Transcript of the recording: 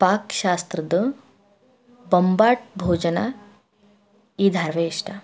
ಪಾಕ ಶಾಸ್ತ್ರದ್ದು ಬೊಂಬಾಟ್ ಭೋಜನ ಇದ್ದಾವೆ ಇಷ್ಟ